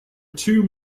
two